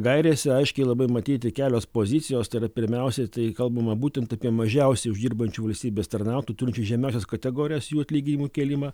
gairėse aiškiai labai matyti kelios pozicijos tai yra pirmiausiai tai kalbama būtent apie mažiausiai uždirbančių valstybės tarnautojų turinčių žemiausias kategorijas jų atlyginimų kėlimą